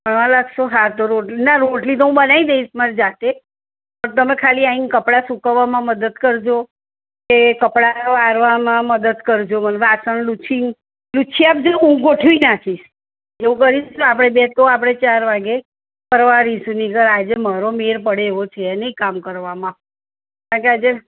હાં લાગશો તો રોટલી ના રોટલી તો હું બનાવી દઇશ મારી જાતે પણ તમે ખાલી આવીને કપડાં સુકવવામાં મદદ કરજો કે કપડાં વાળવામાં મદદ કરજો મને વાસણ લૂછી વાસણ લૂછી આપજો હું ગોઠવી નાખીશ એવું કરીશું તો આપણે બે તો આપણે ચાર વાગે પરવારીશું નહિતર આજે મારો મેળ પડે એવો છે નહીં કામ કરવામાં કારણકે આજે